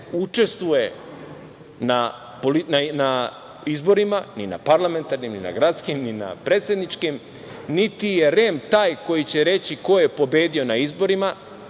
učestvuje na izborima, ni na parlamentarnim, ni na gradskim, ni na predsedničkim, niti je REM koji će reći ko je pobedio na izborima.